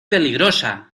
peligrosa